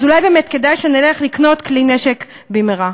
אז אולי באמת כדאי שנלך לקנות כלי נשק במהרה.